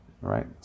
right